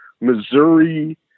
Missouri